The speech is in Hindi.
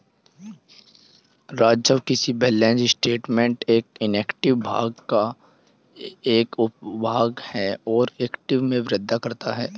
राजस्व किसी बैलेंस स्टेटमेंट में इक्विटी भाग का एक उपभाग है और इक्विटी में वृद्धि करता है